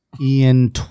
Ian